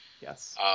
Yes